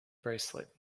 bracelet